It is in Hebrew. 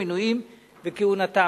מינוים וכהונתם.